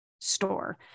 store